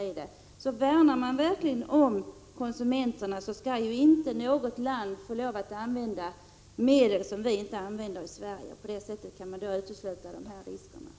Om man verkligen värnar om konsumenterna skall inte något land få lov att använda medel som vi inte använder i Sverige. På det sättet kan man utesluta dessa risker.